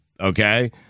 Okay